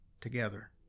together